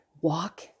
walk